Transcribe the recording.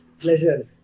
pleasure